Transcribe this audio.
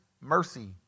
mercy